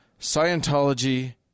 scientology